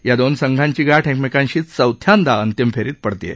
या दोन संघांची गाठ एकमेकांशी चौथ्यांदा अंतिम फेरीत पडत आहे